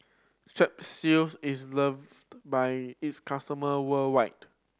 strepsils is loved by its customer worldwide